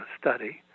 study